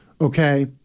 Okay